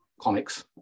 comics